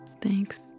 Thanks